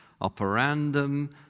operandum